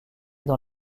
dans